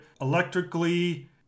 electrically